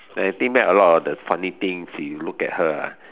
I think back a lot of the funny things you look at her ah